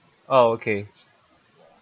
oh okay